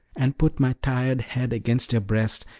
and put my tired head against your breast,